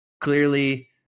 clearly